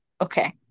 Okay